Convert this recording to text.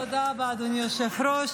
תודה רבה, אדוני היושב-ראש.